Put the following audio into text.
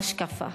השקפה.